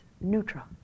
neutral